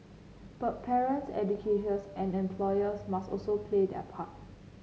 but parents educators and employers must also play their part